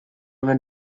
una